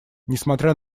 несмотря